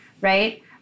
Right